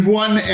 one